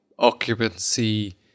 occupancy